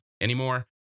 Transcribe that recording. anymore